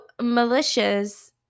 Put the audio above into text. militias